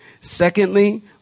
Secondly